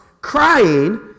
crying